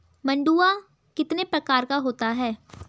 मंडुआ कितने प्रकार का होता है?